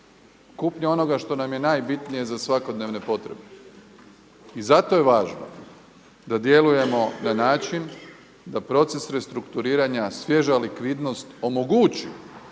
kupnje onoga što nam je najbitnije za svakodnevne potrebe. I zato je važno da djelujemo na način da proces restrukturiranja, svježa likvidnost omogući